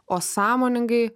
o sąmoningai